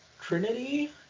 Trinity